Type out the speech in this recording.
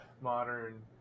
modern